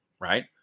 Right